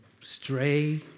stray